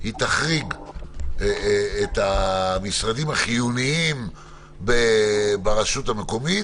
היא תחריג את המשרדים החיוניים ברשות המקומית,